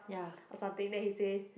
or something then he say